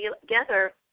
together